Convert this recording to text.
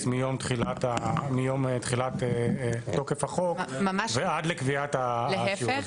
מיום תחילת תוקף החוק ועד לקביעת השיעור הזה.